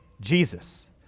Jesus